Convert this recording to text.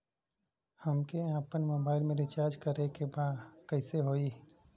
हमके आपन मोबाइल मे रिचार्ज करे के बा कैसे होई?